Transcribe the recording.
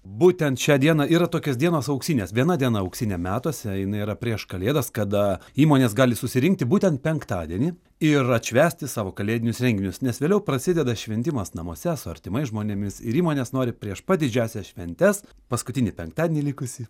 būtent šią dieną yra tokios dienos auksinės viena diena auksinė metuose jinai yra prieš kalėdas kada įmonės gali susirinkti būtent penktadienį ir atšvęsti savo kalėdinius renginius nes vėliau prasideda šventimas namuose su artimais žmonėmis ir įmonės nori prieš pat didžiąsias šventes paskutinį penktadienį likusį